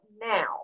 now